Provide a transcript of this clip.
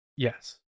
Yes